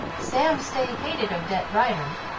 sam stay hated odette rider.